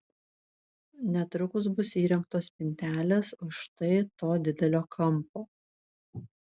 netrukus bus įrengtos spintelės už štai to didelio kampo